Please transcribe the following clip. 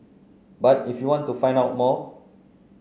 but if you want to find out more